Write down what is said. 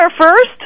first